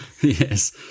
Yes